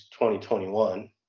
2021